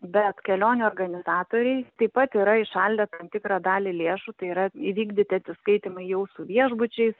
bet kelionių organizatoriai taip pat yra įšaldę tam tikrą dalį lėšų tai yra įvykdyti atsiskaitymai jau su viešbučiais